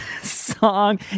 song